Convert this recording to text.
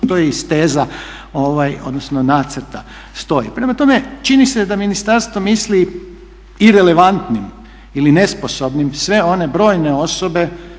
To je iz teza odnosno nacrta stoji. Prema tome, čini se da ministarstvo misli irelevantnim ili nesposobnim sve one brojne osobe